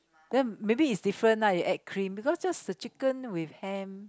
then maybe is different lah you add cream because just the chicken with ham